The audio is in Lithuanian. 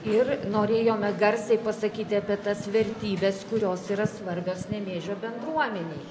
ir norėjome garsiai pasakyti apie tas vertybes kurios yra svarbios nemėžio bendruomenei